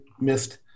Missed